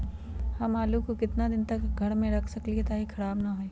हम आलु को कितना दिन तक घर मे रख सकली ह ताकि खराब न होई?